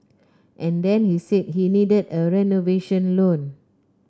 and then he said he needed a renovation loan